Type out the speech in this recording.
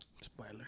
Spoiler